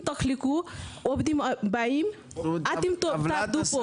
ותחלקו, העובדים באים ואתם תעבדו פה.